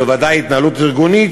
בוודאי התנהלות ארגונית,